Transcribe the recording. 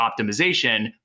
optimization